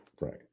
Right